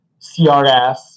CRS